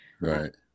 right